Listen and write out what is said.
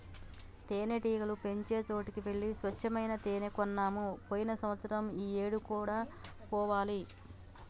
తేనెటీగలు పెంచే చోటికి వెళ్లి స్వచ్చమైన తేనే కొన్నాము పోయిన సంవత్సరం ఈ ఏడు కూడా పోవాలి